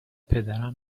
پدرم